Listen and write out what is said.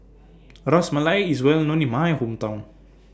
Ras Malai IS Well known in My Hometown